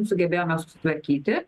sugebėjome susitvarkyti